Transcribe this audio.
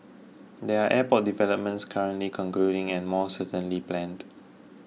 there are airport developments currently concluding and more certainly planned